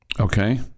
Okay